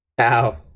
Ow